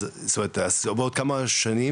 זאת אומרת בעוד כמה שנים,